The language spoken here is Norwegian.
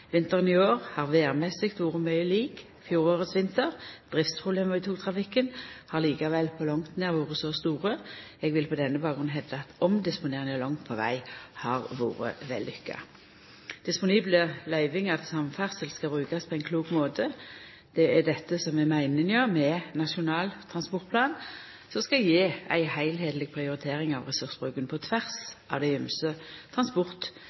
Vinteren i år har når det gjeld vêret, vore mykje lik fjorårets vinter. Driftsproblema i togtrafikken har likevel på langt nær vore så store. Eg vil på denne bakgrunnen hevda at omdisponeringa langt på veg har vore vellykka. Disponible løyvingar til samferdsel skal brukast på ein klok måte. Det er dette som er meininga med Nasjonal transportplan, som skal gje ei heilskapleg prioritering av ressursbruken på tvers